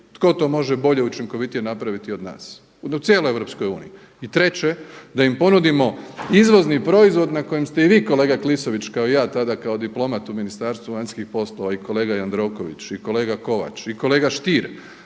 Tko to može bolje i učinkovitije napraviti od nas u cijeloj Europskoj uniji. I treće, da im ponudimo izvozni proizvod na kojem ste i vi kolega Klisović kao i ja tada kao diplomat u Ministarstvu vanjskih poslova i kolega Jandroković i kolega Kovač i kolega Stier